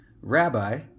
Rabbi